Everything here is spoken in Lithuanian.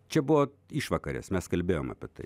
čia buvo išvakarės mes kalbėjom apie tai